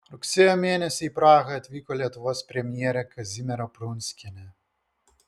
rugsėjo mėnesį į prahą atvyko lietuvos premjerė kazimiera prunskienė